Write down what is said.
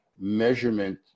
measurement